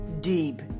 deep